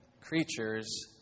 creatures